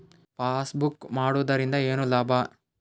Passbook ಮಾಡುದರಿಂದ ಏನು ಲಾಭ?